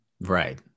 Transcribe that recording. Right